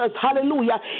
hallelujah